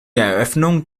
eröffnung